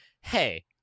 Hey